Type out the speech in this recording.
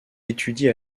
étudie